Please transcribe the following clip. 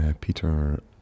Peter